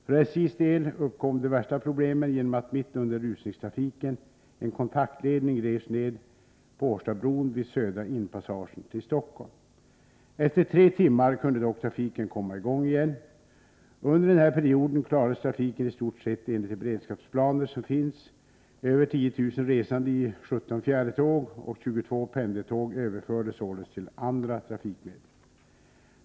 För SJ:s del uppkom de värsta problemen genom att en kontaktledning revs ner på Årstabron vid södra inpassagen till Stockholm mitt under rusningstrafiken. Efter tre timmar kunde dock trafiken komma i gång igen. Under den här perioden klarades trafiken i stort sett enligt de beredskapsplaner som finns. Över 10000 resande i 17 fjärrtåg och 22 pendeltåg överfördes således till andra trafikmedel.